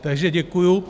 Takže děkuju.